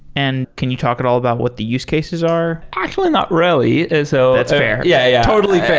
and can you talk at all about what the use cases are? actually not really. so that's fair. yeah yeah totally